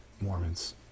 Mormons